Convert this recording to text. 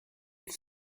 with